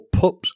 Pups